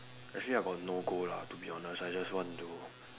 actually I got no goal lah to be honest I just want to